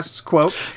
quote